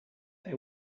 they